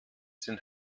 sind